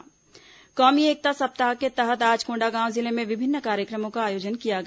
कौमी एकता सप्ताह कौमी एकता सप्ताह के तहत आज कोंडागांव जिले में विभिन्न कार्यक्रमों का आयोजन किया गया